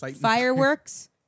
fireworks